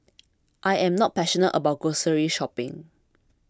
I am not passionate about grocery shopping